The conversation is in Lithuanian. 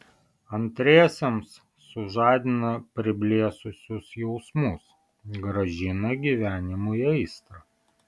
antriesiems sužadina priblėsusius jausmus grąžina gyvenimui aistrą